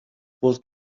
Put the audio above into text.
bod